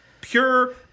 pure